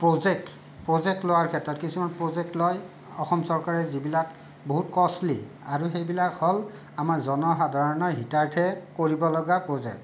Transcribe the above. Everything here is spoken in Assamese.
প্ৰজেক্ট প্ৰজেক্ট লোৱাৰ ক্ষেত্ৰত কিছুমান প্ৰজেক্ট লয় অসম চৰকাৰে যিবিলাক বহুত কষ্টলী আৰু সেইবিলাক হ'ল আমাৰ জনসাধাৰণৰ হিতাৰ্থে কৰিবলগা প্ৰজেক্ট